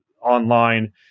online